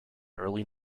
early